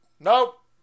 Nope